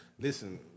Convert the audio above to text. listen